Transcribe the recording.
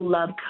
Love